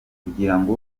kugirango